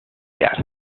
yet